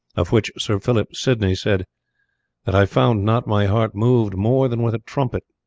of which sir philip sidney said that i found not my heart moved more than with a trumpet.